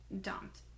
dumped